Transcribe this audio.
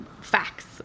facts